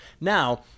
Now